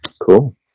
Cool